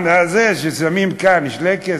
הזה ששמים כאן, שלייקעס.